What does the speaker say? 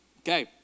Okay